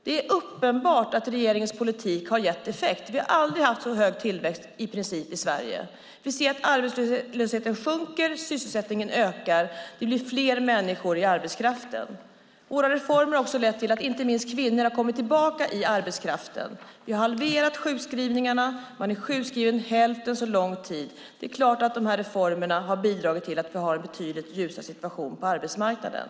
Det är uppenbart att regeringens politik har gett effekt. Vi har i princip aldrig haft så hög tillväxt i Sverige. Vi ser att arbetslösheten sjunker och att sysselsättningen ökar. Det blir fler människor i arbetskraften. Våra reformer har också lett till att inte minst kvinnor har kommit tillbaka i arbetskraften. Vi har halverat sjukskrivningarna. Man är sjukskriven hälften så lång tid. Det är klart att de här reformerna har bidragit till att vi har en betydligt ljusare situation på arbetsmarknaden.